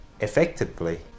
effectively